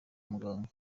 muganga